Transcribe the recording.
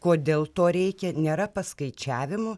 kodėl to reikia nėra paskaičiavimų